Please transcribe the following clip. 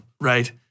right